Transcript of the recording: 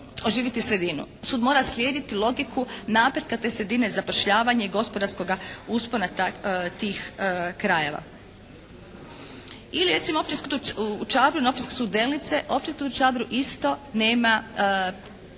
oživjeti sredinu. Sud mora slijediti logiku napretka te sredine i zapošljavanje gospodarskoga uspona tih krajeva. Ili recimo Općinski sud u Čabru na Općinski sud Delnice, Općinski sud u Čabru isto nema